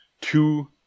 two